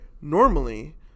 normally